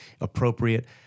appropriate